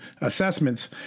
assessments